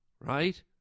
right